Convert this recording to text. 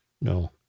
No